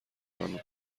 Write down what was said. خانم